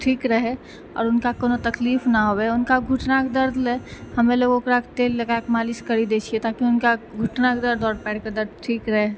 ठीक रहै आओर उनका कोनो तकलीफ नहि होवै आओर उनकाके घुटनाके दर्द लए हम ओकराके तेल लगाके मालिश करी दै छियै ताकि उनका घुटनाके दर्द आओर पयरके दर्द ठीक रहै